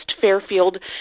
Fairfield